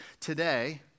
Today